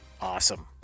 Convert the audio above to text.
Awesome